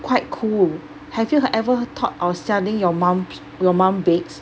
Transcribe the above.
quite cool have you ha~ ever thought of selling your mum's your mum bakes